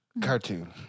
Cartoon